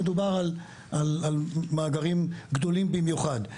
מדובר על מאגרים גדולים במיוחד.